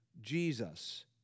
Jesus